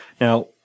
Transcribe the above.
Now